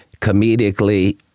comedically